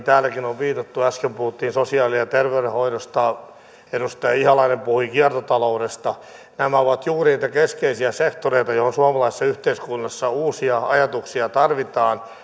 täälläkin on viitattu äsken puhuttiin sosiaali ja terveydenhoidosta edustaja ihalainen puhui kiertotaloudesta ovat juuri niitä keskeisiä sektoreita joihin suomalaisessa yhteiskunnassa uusia ajatuksia tarvitaan